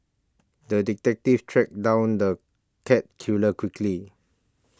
the detective tracked down the cat killer quickly